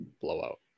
Blowout